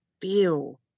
feel